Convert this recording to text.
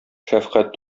шәфкать